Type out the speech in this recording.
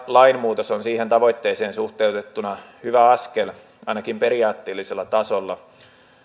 lainmuutos on siihen tavoitteeseen suhteutettuna hyvä askel ainakin periaatteellisella tasolla